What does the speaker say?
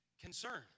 concern